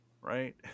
Right